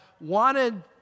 wanted